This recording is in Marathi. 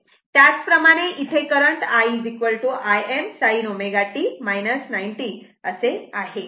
त्याचप्रमाणे इथे current i Im sin ω t 90 o आहे